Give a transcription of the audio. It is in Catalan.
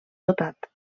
dotat